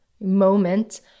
moment